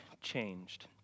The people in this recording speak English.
changed